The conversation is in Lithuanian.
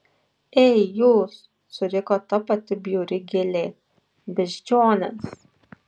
ei jūs suriko ta pati bjauri gėlė beždžionės